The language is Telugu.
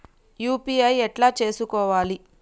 యూ.పీ.ఐ ఎట్లా చేసుకోవాలి?